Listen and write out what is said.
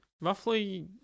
Roughly